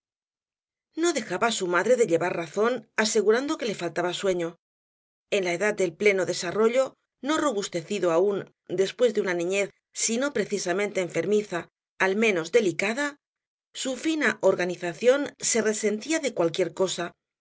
no dejaba su madre de llevar razón asegurando que le faltaba sueño en la edad del pleno desarrollo no robustecido aún después de una niñez si no precisamente enfermiza al menos delicada su fina organización se resentía de cualquier cosa